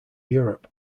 europe